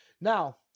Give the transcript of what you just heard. Now